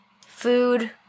food